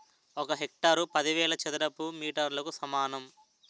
ఒక హెక్టారు పదివేల చదరపు మీటర్లకు సమానం